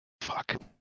Fuck